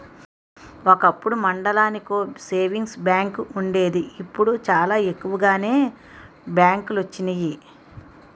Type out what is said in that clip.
ఒకప్పుడు మండలానికో savings bank వుండేది ఇప్పుడు చాలా ఎక్కువగానే బ్యాంకులొచ్చినియి